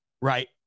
right